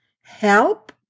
Help